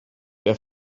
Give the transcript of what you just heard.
der